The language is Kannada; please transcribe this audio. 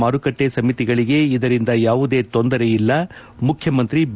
ಮಾರುಕಟ್ಟೆ ಸಮಿತಿಗಳಿಗೆ ಇದರಿಂದ ಯಾವುದೇ ತೊಂದರೆಯಿಲ್ಲ ಮುಖ್ಖಮಂತ್ರಿ ಬಿ